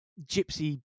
gypsy